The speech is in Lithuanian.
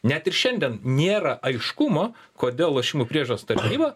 net ir šiandien nėra aiškumo kodėl lošimų priežiūros tarnyba